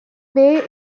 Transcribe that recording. bay